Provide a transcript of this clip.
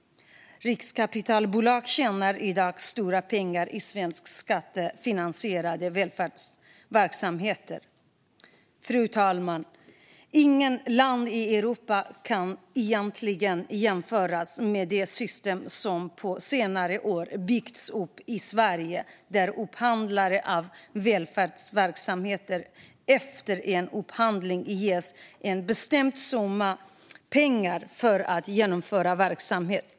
Riskkapitalbolag tjänar i dag stora pengar i svenska skattefinansierade välfärdsverksamheter. Fru talman! Inget system i Europa kan egentligen jämföras med det system som på senare år byggts upp i Sverige, där upphandlare av välfärdsverksamheter efter en upphandling ges en bestämd summa pengar för att utföra verksamheten.